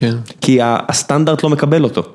כן. כי הסטנדרט לא מקבל אותו.